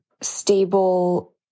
stable